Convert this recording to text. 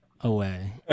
away